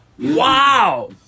wow